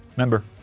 member.